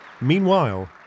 Meanwhile